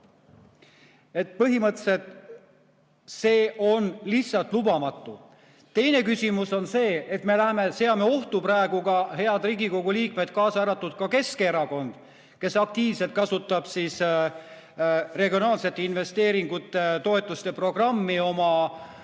Põhimõtteliselt see on lihtsalt lubamatu. Teine küsimus on see, et me seame ohtu praegu ka head Riigikogu liikmed, kaasa arvatud ka Keskerakonna, kes aktiivselt kasutab regionaalsete investeeringute toetuste programmi oma